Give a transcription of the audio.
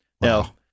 Now